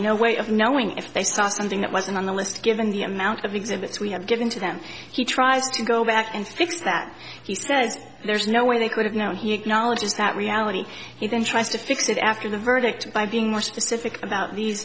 no way of knowing if they saw something that wasn't on the list given the amount of exhibits we have given to them he tries to go back and fix that he says there's no way they could have now he acknowledges that reality he then tries to fix it after the verdict by being more specific about these